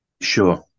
Sure